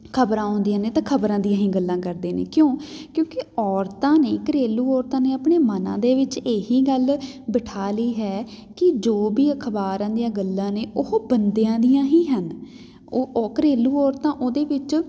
ਖਬਰਾਂ ਆਉਂਦੀਆਂ ਨੇੇ ਤਾਂ ਖਬਰਾਂ ਦੀਆਂ ਹੀ ਗੱਲਾਂ ਕਰਦੇ ਨੇ ਕਿਉਂ ਕਿਉਂਕਿ ਔਰਤਾਂ ਨੇ ਘਰੇਲੂ ਔਰਤਾਂ ਨੇ ਆਪਣੇ ਮਨਾਂ ਦੇ ਵਿੱਚ ਇਹੀ ਗੱਲ ਬਿਠਾ ਲਈ ਹੈ ਕਿ ਜੋ ਵੀ ਅਖਬਾਰਾਂ ਦੀਆਂ ਗੱਲਾਂ ਨੇ ਉਹ ਬੰਦਿਆਂ ਦੀਆਂ ਹੀ ਹਨ ਉਹ ਉਹ ਘਰੇਲੂ ਔਰਤਾਂ ਉਹਦੇ ਵਿੱਚ